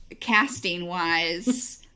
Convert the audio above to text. casting-wise